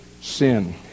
sin